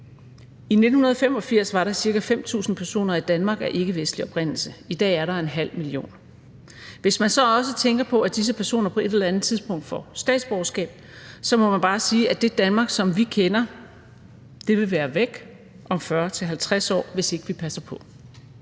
I 1985 var der ca. 5.000 personer i Danmark af ikkevestlig oprindelse; i dag er der en halv million. Hvis man så også tænker på, at disse personer på et eller andet tidspunkt får statsborgerskab, må man bare sige, at det Danmark, som vi kender, vil være væk om 40-50 år, hvis ikke vi passer på.